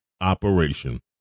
operation